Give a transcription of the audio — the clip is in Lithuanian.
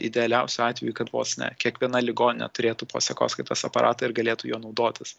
idealiausiu atveju kad vos ne kiekviena ligoninė turėtų po sekoskaitos aparatą ir galėtų juo naudotis